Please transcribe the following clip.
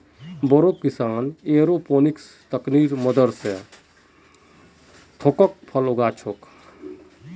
बोरो किसान एयरोपोनिक्स तकनीकेर मदद स थोकोत फल उगा छोक